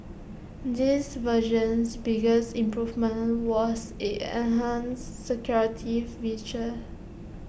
this version's biggest improvement was its enhanced security feature